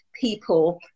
people